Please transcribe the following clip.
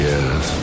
Yes